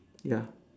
ya